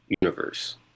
universe